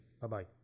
Bye-bye